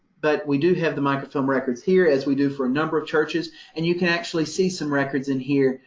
but we do have the microfilm records here, as we do for a number of churches and you can actually see some records in here,